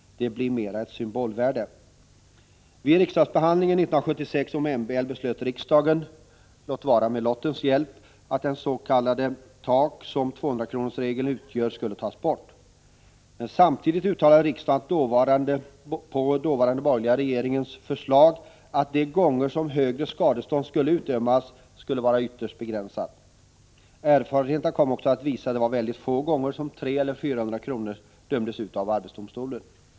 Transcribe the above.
Det har mera ett symbolvärde. Vid riksdagsbehandlingen 1976 om MBL beslöt riksdagen, låt vara med lottens hjälp, att det s.k. tak som 200-kronorsregeln utgör skulle tas bort. Men samtidigt uttalade riksdagen på dåvarande borgerliga regeringens förslag att de fall där högre skadestånd skulle utdömas skulle vara begränsade till ytterst få. Erfarenheten kom också att visa att det var ytterst få gånger som 300 eller 400 kr. dömdes ut av arbetsdomstolen.